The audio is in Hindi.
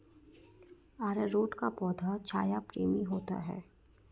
अरारोट का पौधा छाया प्रेमी होता है